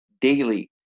daily